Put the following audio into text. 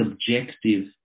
subjective